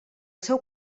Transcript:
seu